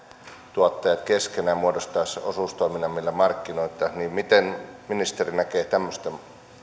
tuottajat keskenään muodostaisivat osuustoiminnan millä markkinoida miten ministeri näkee tämmöisten